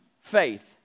faith